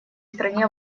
стране